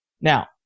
Now